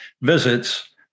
visits